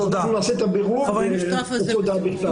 אנחנו נעשה את הבירור ותקבלו הודעה בכתב.